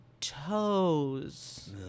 toes